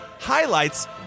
highlights